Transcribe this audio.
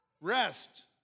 Rest